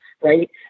right